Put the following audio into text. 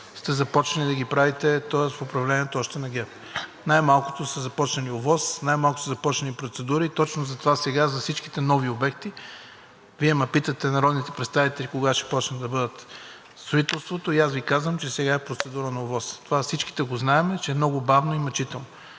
сте започнали да ги правите, тоест в управлението още на ГЕРБ, най-малкото са започнали ОВОС, най-малкото са започнали процедури и точно затова сега, за всичките нови обекти, Вие ме питате, народните представители, кога ще започне строителството и аз Ви казвам, че сега е процедура на ОВОС. Това всичките го знаем, че е много бавно и мъчително.